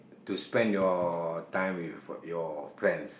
to spend your time with your friends